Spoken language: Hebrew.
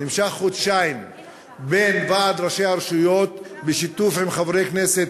שנמשך חודשיים בין ועד ראשי הרשויות בשיתוף חברי כנסת